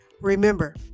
Remember